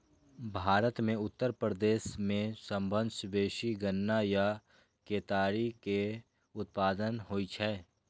भारत के उत्तर प्रदेश मे सबसं बेसी गन्ना या केतारी के उत्पादन होइ छै